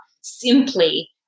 simply